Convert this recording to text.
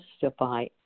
justify